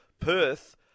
Perth